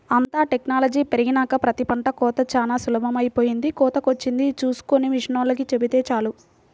అంతా టెక్నాలజీ పెరిగినాక ప్రతి పంట కోతా చానా సులభమైపొయ్యింది, కోతకొచ్చింది చూస్కొని మిషనోల్లకి చెబితే చాలు